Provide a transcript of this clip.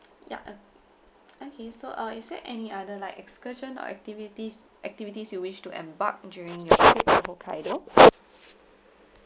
ya uh okay so uh is there any other like excursion or activities activities you wish to embark during your trip in hokkaido